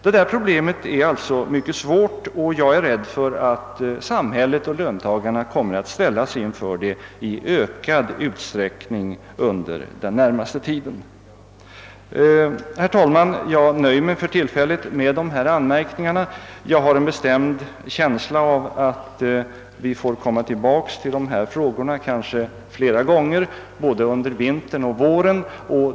Detta är som sagt ett mycket svårt problem, och jag är rädd för att samhället och löntagarna kommer att konfronteras med det i ökad utsträckning under den närmaste tiden. Herr talman! För tillfället skall jag nöja mig med dessa anmärkningar, men jag har en bestämd känsla av att vi får komma tillbaka till saken flera gånger både under vintern och våren.